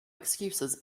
excuses